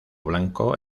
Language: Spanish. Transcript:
blanco